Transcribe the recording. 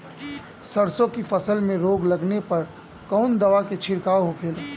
सरसों की फसल में रोग लगने पर कौन दवा के छिड़काव होखेला?